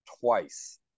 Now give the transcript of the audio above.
twice